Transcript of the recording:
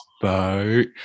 boat